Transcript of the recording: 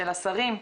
של השרים,